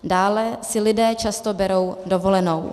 Dále si lidé často berou dovolenou.